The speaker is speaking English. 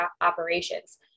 operations